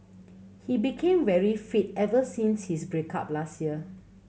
he became very fit ever since his break up last year